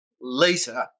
later